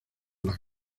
las